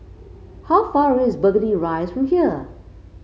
how far away is Burgundy Rise from here